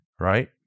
right